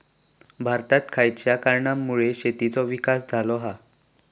भारतात खयच्या कारणांमुळे शेतीचो विकास झालो हा?